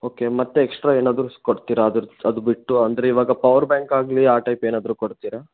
okay ಮತ್ತೆ extra ಏನಾದರೂ ಕೊಡ್ತೀರಾ ಅದ್ರದ್ ಅದು ಬಿಟ್ಟು ಅಂದರೆ ಇವಾಗ ಪವರ್ ಬ್ಯಾಂಕ್ ಆಗಲಿ ಆ ಟೈಪ್ ಏನಾದರೂ ಕೊಡ್ತೀರಾ